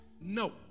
No